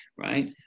Right